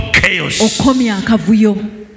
chaos